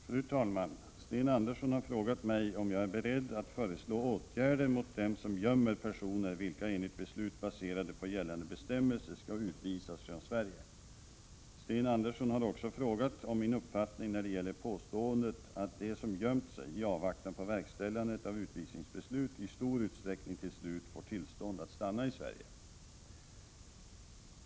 Fru talman! Sten Andersson i Malmö har frågat mig om jag är beredd att föreslå åtgärder mot dem som gömmer personer vilka enligt beslut baserade på gällande bestämmelser skall utvisas från Sverige. Sten Andersson har också frågat om min uppfattning när det gäller påståendet att de som gömt sig i avvaktan på verkställandet av utvisningsbeslutet i stor utsträckning till slut får tillstånd att stanna i Sverige.